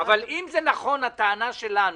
אבל אם זה נכון, הטענה שלנו,